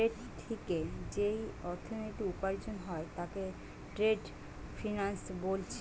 trade থিকে যেই অর্থনীতি উপার্জন হয় তাকে ট্রেড ফিন্যান্স বোলছে